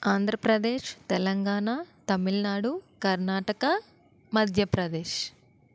Andhra Pradesh Telangana Tamil Nadu Karnataka Madhya Pradesh